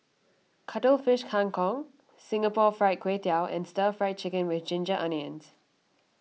Cuttlefish Kang Kong Singapore Fried Kway Tiao and Stir Fried Chicken with Ginger Onions